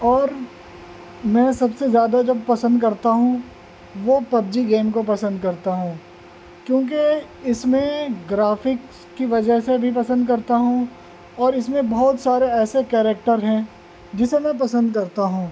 اور میں سب سے زیادہ جب پسند کرتا ہوں وہ پب جی گیم کو پسند کرتا ہوں کیونکہ اس میں گرافکس کی وجہ سے بھی پسند کرتا ہوں اور اس میں بہت سارے ایسے کیریکٹر ہیں جسے میں پسند کرتا ہوں